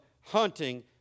hunting